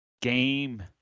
game